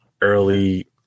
early